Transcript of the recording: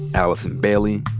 allison bailey,